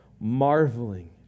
marveling